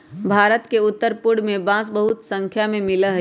भारत के उत्तर पूर्व में बांस बहुत स्नाख्या में मिला हई